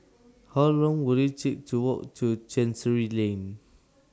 How Long Will IT Take to Walk to Chancery Lane